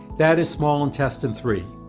that is small intestine three.